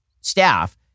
staff